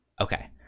okay